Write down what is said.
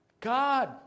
God